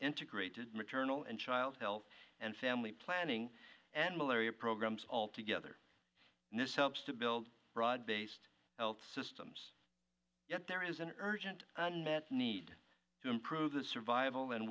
integrated maternal and child health and family planning and malaria programs all together this helps to build broad based health systems yet there is an urgent unmet need to improve the survival and